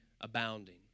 abounding